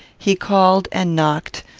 he called and knocked,